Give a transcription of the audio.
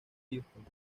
houston